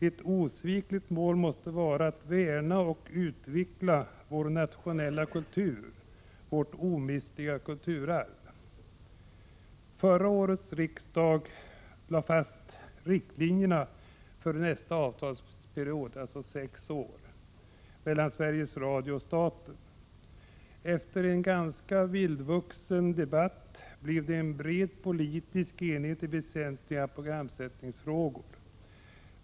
Ett oavvisligt mål måste vara att värna och utveckla vår nationella kultur — vårt omistliga kulturarv. Förra årets riksdag lade fast riktlinjerna för nästa avtalsperiod — sex år — mellan Sveriges Radio och staten. Efter en ganska vildvuxen debatt blev det en bred politisk enighet i väsentliga programsättningsfrågor.